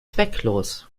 zwecklos